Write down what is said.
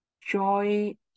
joy